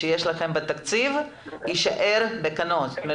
לקבל את מה שהן זכאיות לו לפי מבחני התמיכה.